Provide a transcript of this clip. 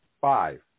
Five